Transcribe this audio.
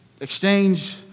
exchange